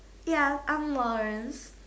ya I'm Lawrence